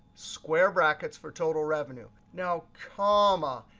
square brackets for total revenue. now comma.